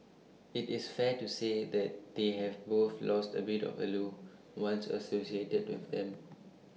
IT is fair to say that they have both lost A bit of the allure once associated with them